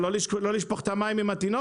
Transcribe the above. אבל לא לשפוך את המים עם התינוק.